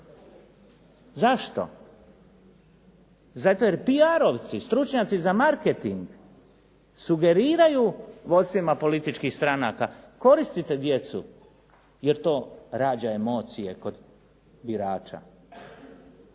Zašto? Zato jer PR-ovc, stručnjaci za marketing sugeriraju vodstvima političkih stranaka koristite djecu jer to rađa emocije kod birača.